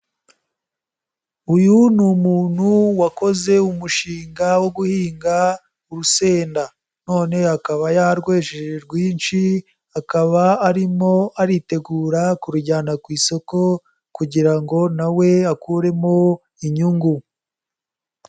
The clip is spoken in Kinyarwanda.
Uyu ni umuntu wakoze umushinga wo guhinga urusenda, none akaba yarwejeje rwinshi, akaba arimo aritegura kurujyana ku isoko kugira ngo nawe akuremo inyungu.